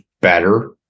better